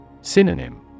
Synonym